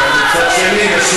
לא, להפך.